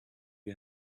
you